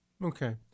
Okay